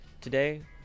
Today